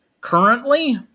Currently